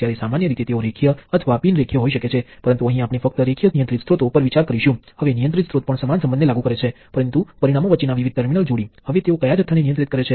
તેથી હવે આ G દેખીતી રીતે પરિમાણો ધરાવે છે કારણ કે તે એક વોલ્ટેજનો ગુણાકાર કરે છે અને તેને પ્રવાહમાં પરિણમે છે તેમાં વાહકતા ના પરિમાણો છે